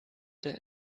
der